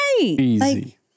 Easy